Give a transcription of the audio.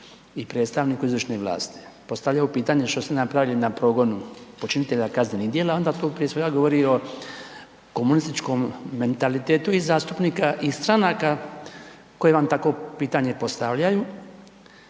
i predstavniku izvršne vlasti postavljaju pitanje što ste napravili na progonu počinitelja kaznenih djela onda to prije svega govori o komunističkom mentalitetu i zastupnika i stranaka koje vam takvo pitanje postavljaju